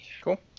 Cool